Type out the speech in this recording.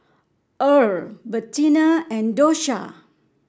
Earle Bettina and Dosha